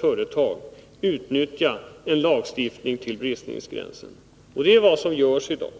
företag utnyttja en lagstiftning till bristningsgränsen, och det är vad som sker i dag.